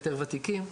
יותר ותיקים.